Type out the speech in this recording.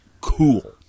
cool